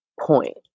point